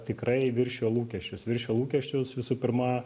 tikrai viršijo lūkesčius viršijo lūkesčius visų pirma